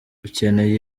ukeneye